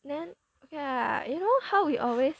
then ok ah you know how we always like talk amongst ourselves